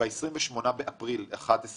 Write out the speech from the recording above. "28 באפריל 2011